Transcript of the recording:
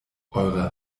eure